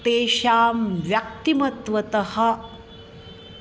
तेषां व्यक्तिमत्वतः